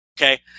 Okay